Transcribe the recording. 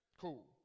Cool